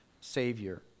Savior